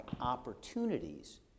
opportunities